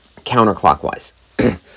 counterclockwise